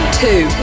two